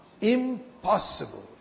impossible